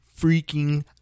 freaking